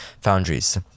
foundries